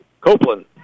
Copeland